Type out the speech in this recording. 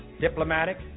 diplomatic